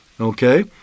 okay